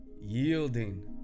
yielding